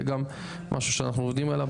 זה גם משהו שאנחנו עובדים עליו,